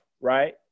right